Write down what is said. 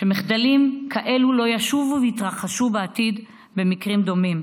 שמחדלים כאלה לא ישובו ויתרחשו בעתיד במקרים דומים.